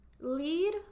lead